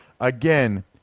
Again